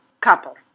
Couple